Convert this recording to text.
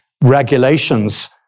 regulations